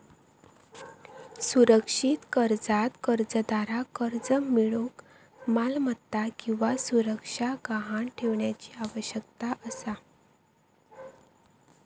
सुरक्षित कर्जात कर्जदाराक कर्ज मिळूक मालमत्ता किंवा सुरक्षा गहाण ठेवण्याची आवश्यकता असता